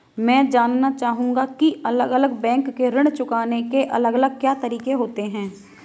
मैं जानना चाहूंगा की अलग अलग बैंक के ऋण चुकाने के अलग अलग क्या तरीके होते हैं?